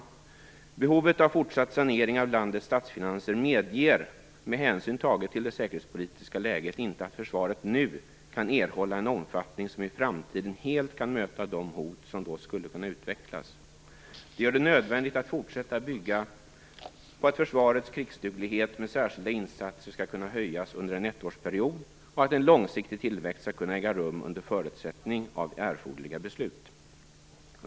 Behovet av fortsatt sanering av landets statsfinanser medger, med hänsyn tagen till det säkerhetspolitiska läget, inte att försvaret nu kan erhålla en omfattning som i framtiden helt kan möta de hot som då skulle kunna utvecklas. Det gör det nödvändigt att fortsätta bygga på att försvarets krigsduglighet med särskilda insatser skall kunna höjas under en ettårsperiod och att en långsiktig tillväxt skall kunna äga rum under förutsättning av erforderliga beslut.